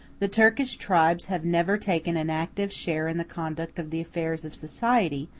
the turkish tribes have never taken an active share in the conduct of the affairs of society,